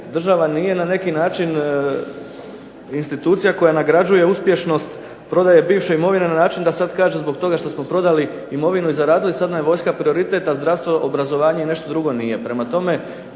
država nije na neki način institucija koja nagrađuje uspješnost prodaje bivše imovine na način da sada kaže zbog toga što smo prodali imovinu i zaradili, sada nam je vojska prioritet, a zdravstvo, obrazovanje i nešto drugo nije. Prema tome,